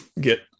get